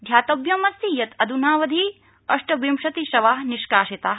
ध्यातव्यमस्ति यत् अध्नावधि अष्टविंशतिशवा निष्कासिता